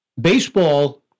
baseball